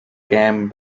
cam